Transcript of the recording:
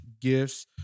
gifts